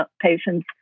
patients